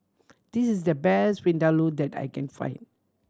this is the best Vindaloo that I can find